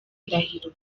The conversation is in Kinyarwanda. ndahiro